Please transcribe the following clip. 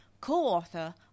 co-author